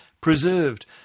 preserved